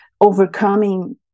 overcoming